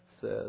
says